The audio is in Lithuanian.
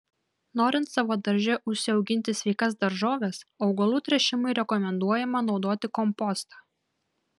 norint savo darže užsiauginti sveikas daržoves augalų tręšimui rekomenduojama naudoti kompostą